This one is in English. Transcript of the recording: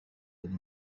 and